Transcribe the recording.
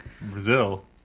Brazil